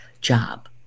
job